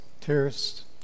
terrorists